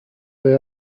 they